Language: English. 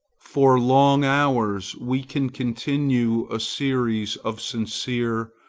for long hours we can continue a series of sincere,